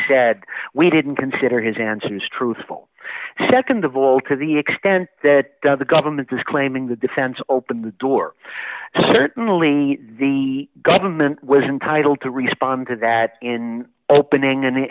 said we didn't consider his answers truthful nd of all to the extent that the government is claiming the defense opened the door certainly the government was entitled to respond to that in opening an